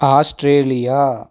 Australia